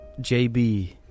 JB